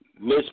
Miss